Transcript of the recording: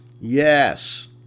Yes